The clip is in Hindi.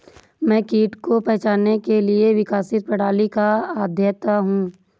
मैं कीट को पहचानने के लिए विकसित प्रणाली का अध्येता हूँ